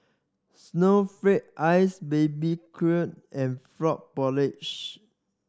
snowflake ice baby and frog